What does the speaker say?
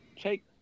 take